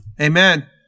Amen